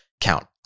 count